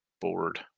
board